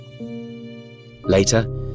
Later